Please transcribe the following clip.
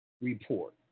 report